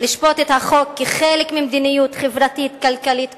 את החוק כחלק ממדיניות חברתית-כלכלית כוללת,